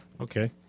Okay